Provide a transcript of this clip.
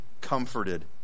comforted